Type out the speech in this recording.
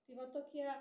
tai va tokie